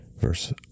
Verse